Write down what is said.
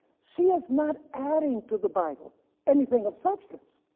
she is not adding to the bible anything of substance,